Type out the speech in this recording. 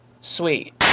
sweet